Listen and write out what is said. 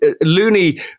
Looney